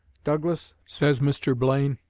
douglas, says mr. blaine,